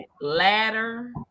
ladder